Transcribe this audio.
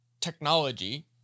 technology